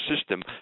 system